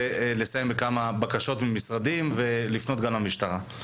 לסיים בכמה בקשות ממשרדים ולפנות גם למשטרה.